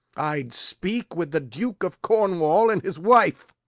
i'ld speak with the duke of cornwall and his wife.